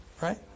right